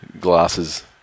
glasses